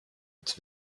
its